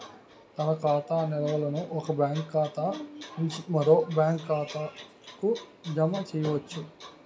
తన ఖాతా నిల్వలను ఒక బ్యాంకు ఖాతా నుంచి మరో బ్యాంక్ ఖాతాకు జమ చేయవచ్చు